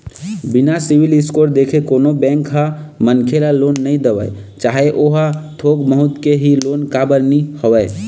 बिना civil score देखे कोनो बेंक ह मनखे ल लोन नइ देवय चाहे ओहा थोक बहुत के ही लोन काबर नीं होवय